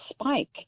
spike